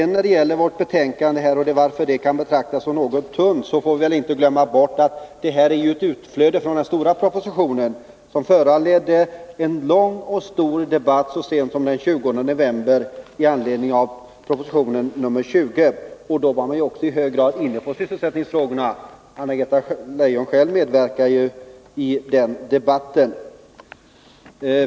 När det gäller vårt betänkande och anledningen till att det är något tunt, så får vi inte glömma bort att det här är ett utflöde av den stora propositionen nr 20, som föranledde en lång debatt så sent som den 20 november. Då var man ju också i hög grad inne på sysselsättningsfrågorna — Anna-Greta Leijon själv medverkade i den debatten.